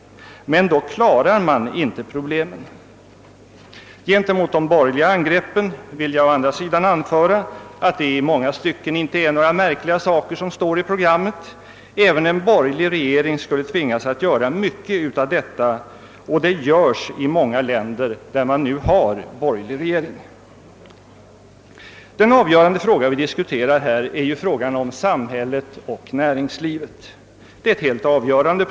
Men på det sättet klarar man inte problemen. Gentemot den borgerliga kritiken vill jag å andra sidan anföra, att det i många stycken inte är några märkliga saker som står i programmet. Även en borgerlig regering skulle tvingas genomföra en hel del av dessa punkter och så görs också i många länder som nu har borgerlig regering. Den väsentliga fråga vi diskuterar här rör relationerna mellan samhället och näringslivet. Detta problem är helt avgörande.